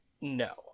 No